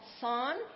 Son